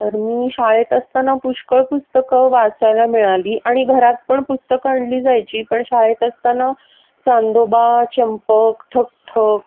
तर मी शाळेत असताना पुष्कळ पुस्तकं वाचायला मिळाली आणि घरात पण पुस्तकं आणली जायची पण शाळेत असताना चांदोबा चंपक ठक ठक